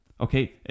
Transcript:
okay